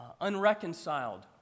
unreconciled